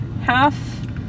half